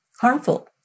harmful